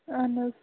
اَہَن حظ